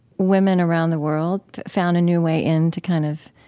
women around the world found a new way in to kind of